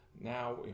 Now